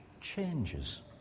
changes